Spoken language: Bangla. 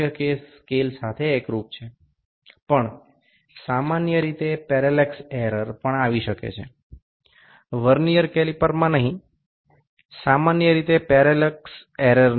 কিন্তু এখানে সাধারণভাবে সমান্তরালতা ত্রুটি আসতে পারে শুধুমাত্র ভার্নিয়ের ক্যালিপের নয় সাধারণভাবে সমান্তরালতা ত্রুটি এড়িয়ে চলতে হয়